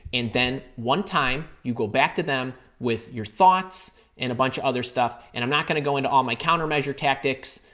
and then one time, you go back to them with your thoughts and a bunch of other stuff. and i'm not going to go into all my countermeasure tactics.